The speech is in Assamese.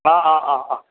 অঁ অঁ অঁ অঁ